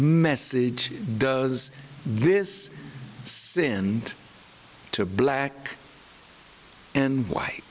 message does this sinned to black and white